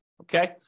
okay